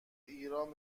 ایران